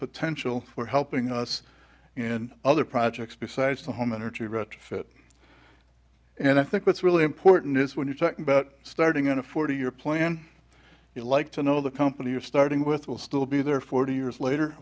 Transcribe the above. potential for helping us in other projects besides the home energy retrofit and i think what's really important is when you talk about starting in a forty year plan you like to know the company you're starting with will still be there forty years later